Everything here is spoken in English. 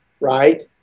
right